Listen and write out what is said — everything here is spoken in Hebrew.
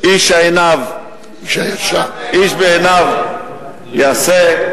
איש הישר בעיניו יעשה.